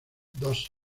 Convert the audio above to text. dos